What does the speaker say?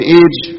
age